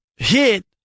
hit